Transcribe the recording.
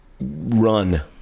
Run